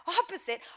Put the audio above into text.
opposite